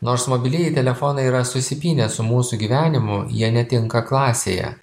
nors mobilieji telefonai yra susipynę su mūsų gyvenimu jie netinka klasėje